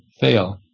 fail